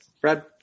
Fred